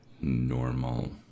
normal